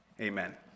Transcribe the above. Amen